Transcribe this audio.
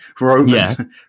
Roman